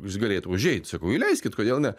jis galėtų užeit sakau išleiskit kodėl ne